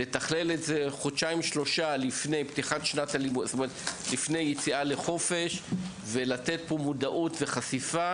לתכלל את זה חודשיים או שלושה לפני היציאה לחופש ולתת פה מודעות וחשיפה.